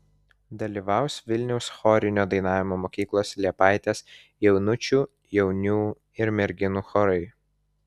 dalyvaus vilniaus chorinio dainavimo mokyklos liepaitės jaunučių jaunių ir merginų chorai